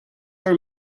our